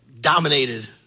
dominated